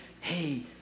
hey